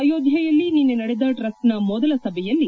ಅಯೋಧ್ವೆಯಲ್ಲಿ ನಿನ್ನೆ ನಡೆದ ಟ್ರಸ್ಟ್ನ ಮೊದಲ ಸಭೆಯಲ್ಲಿ